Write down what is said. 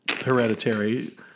hereditary